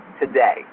today